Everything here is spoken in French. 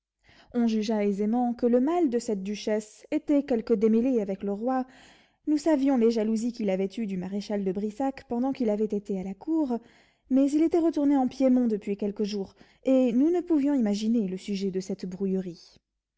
on jugea aisément que le mal de cette duchesse était quelque démêlé avec le roi nous savions les jalousies qu'il avait eues du maréchal de brissac pendant qu'il avait été à la cour mais il était retourné en piémont depuis quelques jours et nous ne pouvions imaginer le sujet de cette brouillerie